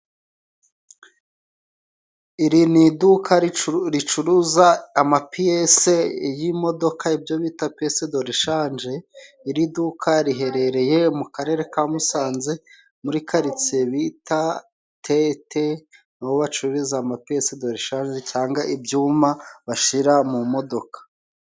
Iri ni iduka ricuruza amapiyese y'imodoka, ibyo bita piyesedoreshanje. Iri duka riherereye mu karere ka Musanze muri karitsiye bita tete, niho bacururiza amapiyesedoreshanje cyanga ibyuma bashira mu modoka.